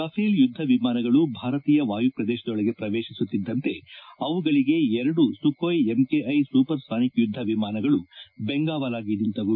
Rafale ಯುದ್ಧ ವಿಮಾನಗಳು ಭಾರತೀಯ ವಾಯುಪ್ರದೇಶದೊಳಗೆ ಪ್ರವೇಶಿಸುತ್ತಿದ್ದಂತೆ ಅವುಗಳಿಗೆ ಎರಡು ಸುಖೋಯಿ ಎಂಕೆಐ ಸೂಪರ್ಸಾನಿಕ್ ಯುದ್ದ ವಿಮಾನಗಳು ಬೆಂಗಾವಲಾಗಿ ನಿಂತವು